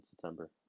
September